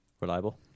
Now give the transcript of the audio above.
Reliable